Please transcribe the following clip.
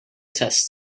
test